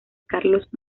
carlos